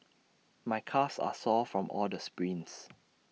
my calves are sore from all the sprints